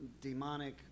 demonic